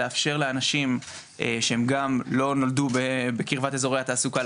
לאפשר לאנשים שהם גם לא נולדו בקרבת אזורי התעסוקה בעצם